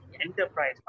enterprise